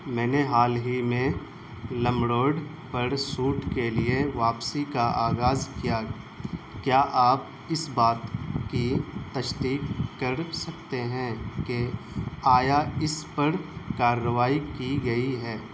میں نے حال ہی میں لم ڑوڈ پر سوٹ کے لیے واپسی کا آغاز کیا کیا آپ اس بات کی تصدیق کڑ سکتے ہیں کہ آیا اس پر کارروائی کی گئی ہے